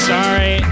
Sorry